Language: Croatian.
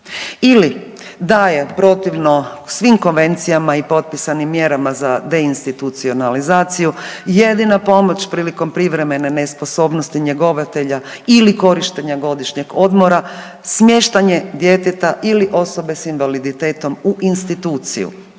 Ili, da je protivno svim konvencijama i potpisanim mjerama za deinstitucionalizaciju jedina pomoć prilikom privremene nesposobnosti njegovatelja ili korištenja godišnjeg odmora, smještanje djeteta ili osobe s invaliditetom u instituciju,